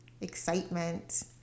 excitement